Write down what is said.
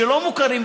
שלא מוכרים,